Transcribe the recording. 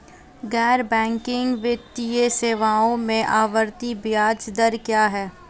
गैर बैंकिंग वित्तीय सेवाओं में आवर्ती ब्याज दर क्या है?